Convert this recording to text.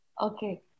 Okay